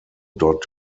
dot